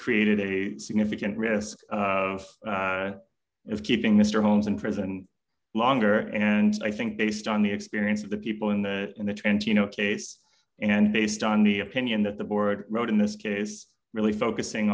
created a significant risk of keeping mr holmes in prison longer and i think based on the experience of the people in the in the trentino case and based on the opinion that the board wrote in this case really focusing